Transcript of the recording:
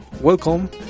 welcome